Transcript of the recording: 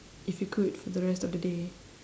if you could for the rest of the day